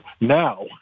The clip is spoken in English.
now